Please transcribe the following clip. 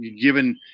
Given